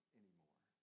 anymore